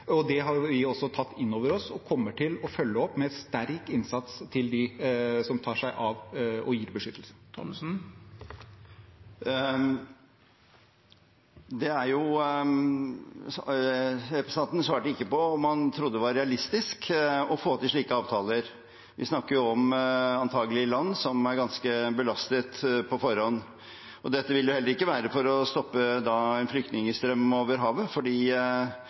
Det har vi også tatt inn over oss og kommer til å følge opp med sterk innsats til dem som gir beskyttelse. Representanten svarte ikke på om han trodde det var realistisk å få til slike avtaler. Vi snakker antagelig om land som er ganske belastet på forhånd. Dette vil heller ikke være for å stoppe en flyktningstrøm over havet,